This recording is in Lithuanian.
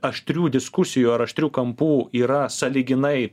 aštrių diskusijų ar aštrių kampų yra sąlyginai